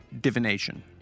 divination